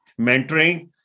mentoring